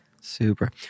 Super